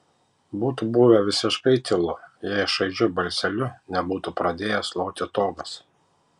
būtų buvę visiškai tylu jei šaižiu balseliu nebūtų pradėjęs loti togas